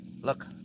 Look